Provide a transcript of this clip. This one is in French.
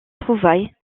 trouvailles